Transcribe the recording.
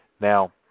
Now